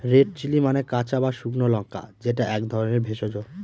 red chilli মানে কাঁচা বা শুকনো লঙ্কা যেটা এক ধরনের ভেষজ